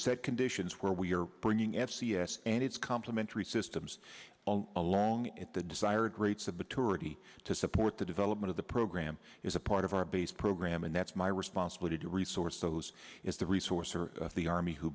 set conditions where we're bringing f c s and it's complementary systems all along at the desired rates of maturity to support the development of the program is a part of our base program and that's my responsibility to resource those is the resource or the army who